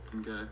Okay